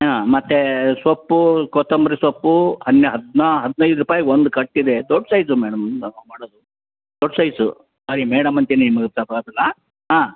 ಹಾಂ ಮತ್ತೇ ಸೊಪ್ಪು ಕೊತ್ತಂಬರಿ ಸೊಪ್ಪು ಹನ್ನೆ ಹದ್ನ ಹದಿನೈದು ರೂಪಾಯಿಗೆ ಒಂದು ಕಟ್ಟಿದೆ ದೊಡ್ಡ ಸೈಜ್ ಮೇಡಮ್ ನಾವು ಮಾಡೋದು ದೊಡ್ಡ ಸೈಜ್ ಹಾಗೆ ಮೇಡಮ್ ಅಂತೆ ನಿಮಗೆ ಹಾಂ ಹಾಂ